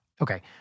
Okay